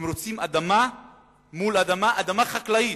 הם רוצים אדמה מול אדמה, אדמה חקלאית.